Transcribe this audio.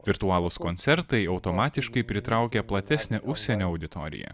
virtualūs koncertai automatiškai pritraukia platesnę užsienio auditoriją